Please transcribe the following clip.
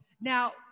Now